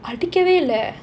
particularly leh